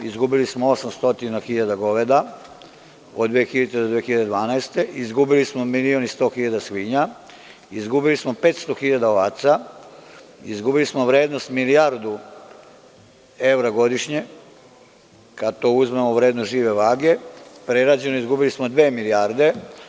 Izgubili smo 800 hiljada goveda od 2000. do 2012. godine, izgubili smo milion i 100 hiljada svinja, izgubili smo 500 hiljada ovaca, izgubili smo vrednost milijardu evra godišnje, kada to uzmemo u vrednost žive vage, prerađeno, izgubili smo dve milijarde.